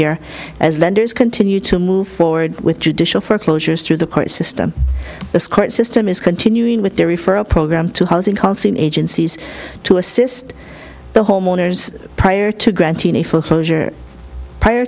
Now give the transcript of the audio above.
year as lenders continue to move forward with judicial foreclosures through the court system the court system is continuing with their referral program to housing constant agencies to assist the homeowners prior to granting a foreclosure prior